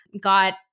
got